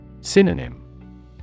Synonym